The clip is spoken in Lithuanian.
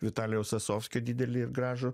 vitalijaus sasovskio didelį ir gražų